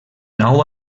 nou